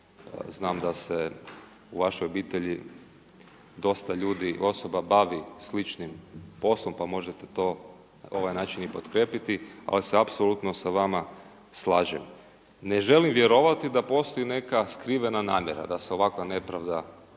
znam da se u vašoj obitelji, dosta ljudi, osoba bavi sličnim poslom, pa možete to i na ovaj način i potkrijepiti, a ja se apsolutno s vama slažem. Ne želim vjerovati da postoji neka skrivena namjera, da se ovakva nepravda čini.